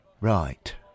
Right